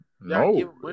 no